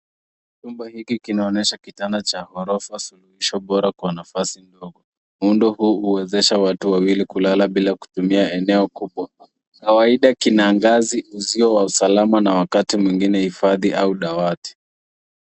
Nyumba hiki kinaonyesha kitanda cha ghorofa suluhisho bora kwa nafasi ndogo. Muundo huu huwezesha watu wawili kulala bila Kutumia eneo kubwa. Kawaida kuna ngazi usio wa usalama na wakati mwingine hifadhi au dawati.